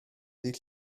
dydd